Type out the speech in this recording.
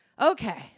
Okay